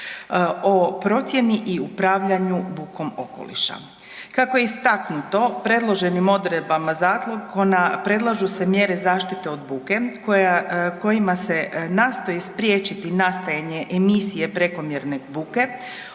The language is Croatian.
o procjeni i upravljanju bukom okoliša. Kako je istaknuto predloženim odredbama zakona predlažu se mjere zaštite od buke kojima se nastoji spriječiti nastajanje emisije prekomjerne buke